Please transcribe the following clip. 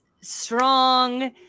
strong